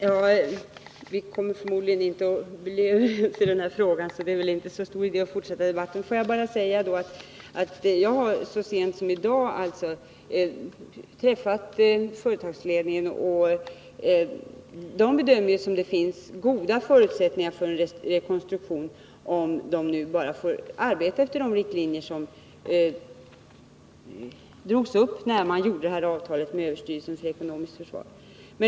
Herr talman! Vi kommer förmodligen inte att bli överens i den här frågan, så det är väl inte särskilt stor idé att fortsätta debatten. Får jag bara säga att jag så sent som i dag har träffat företagsledningen, som bedömer att det finns goda förutsättningar för en rekonstruktion av företaget, om man bara får arbeta efter de riktlinjer som drogs upp när man slöt avtalet med överstyrelsen för ekonomiskt försvar.